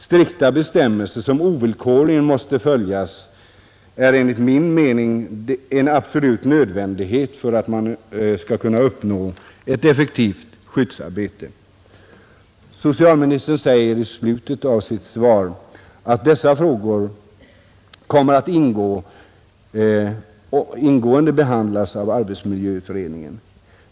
Strikta bestämmelser som ovillkorligen måste följas är enligt min uppfattning en absolut nödvändighet för att man skall kunna uppnå ett effektivt skyddsarbete. Socialministern säger i slutet av sitt svar att dessa frågor kommer att ingående behandlas av arbetsmiljöutredningen.